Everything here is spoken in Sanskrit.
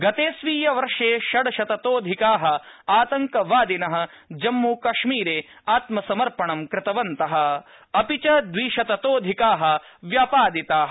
गतखीयवर्षे षड्शततोधिका तंकवादिन जम्मूकाश्मीर त्मसमर्पणं कृतवन्त अपि च द्विशततोधिका व्यापादिता